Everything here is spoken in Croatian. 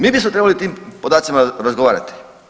Mi bismo trebali o tim podacima razgovarati.